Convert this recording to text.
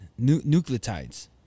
nucleotides